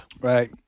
right